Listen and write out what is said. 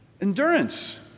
Endurance